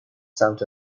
سمت